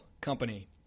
company